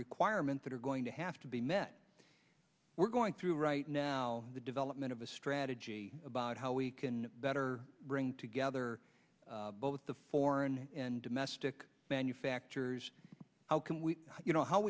requirements that are going to have to be met we're going through right now the development of a strategy about how we can better bring together both the foreign and domestic manufacturers how can we you know how